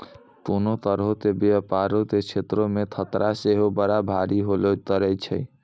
कोनो तरहो के व्यपारो के क्षेत्रो मे खतरा सेहो बड़ा भारी होलो करै छै